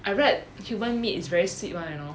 I read human meat is very sweet [one] you know